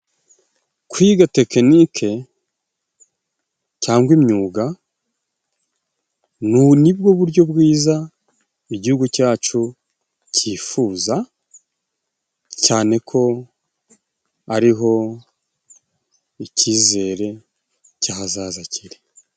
Kwiga tekinike cyangwa imyuga, ni bwo buryo bwiza igihugu cyacu kifuza, cyane ko ariho ikizere cy'ahazaza kiri.